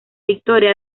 victoria